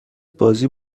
بازی